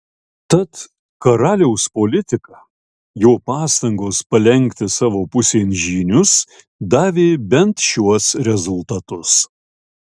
tad karaliaus politika jo pastangos palenkti savo pusėn žynius davė bent šiuos rezultatus